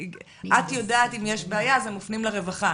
את יודעת אם יש בעיה, אז הם מופנים לרווחה.